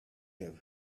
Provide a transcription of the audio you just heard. have